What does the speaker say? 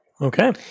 Okay